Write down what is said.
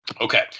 Okay